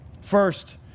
first